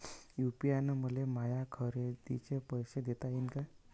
UPI न मले माया खरेदीचे पैसे देता येईन का?